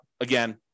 again